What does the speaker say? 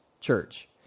Church